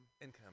income